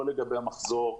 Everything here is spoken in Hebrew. לא לגבי המחזור,